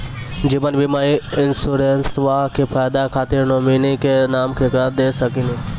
जीवन बीमा इंश्योरेंसबा के फायदा खातिर नोमिनी के नाम केकरा दे सकिनी?